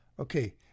Okay